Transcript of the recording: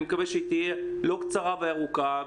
אני מקווה שהיא תהיה לא קצרה, אלא ארוכה.